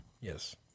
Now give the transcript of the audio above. Yes